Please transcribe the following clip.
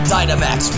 Dynamax